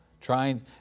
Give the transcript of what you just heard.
trying